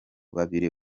babiri